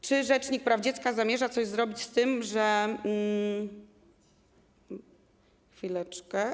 Czy rzecznik praw dziecka zamierza coś zrobić z tym, że... Chwileczkę.